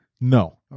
No